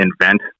invent